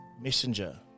messenger